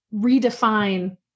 redefine